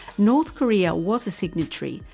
north korea was a signatory,